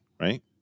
right